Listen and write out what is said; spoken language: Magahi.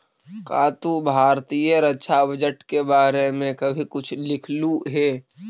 का तू भारतीय रक्षा बजट के बारे में कभी कुछ लिखलु हे